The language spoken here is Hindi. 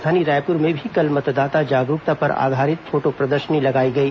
राजधानी रायपुर में भी कल मतदाता जागरूकता पर आधारित फोटो प्रदर्शनी लगाई गई